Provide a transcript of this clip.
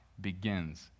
begins